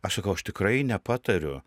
aš sakau aš tikrai nepatariu